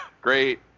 great